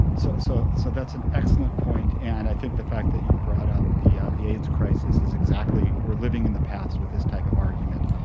so so so that's an excellent point and i think the fact that you brought up the ah the aids crisis is exactly, we are living in the past with this type of argument.